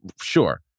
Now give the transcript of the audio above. sure